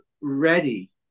ready